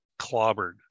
clobbered